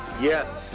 Yes